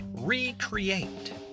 recreate